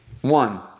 one